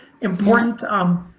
important